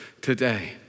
today